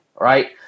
right